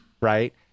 right